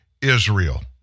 Israel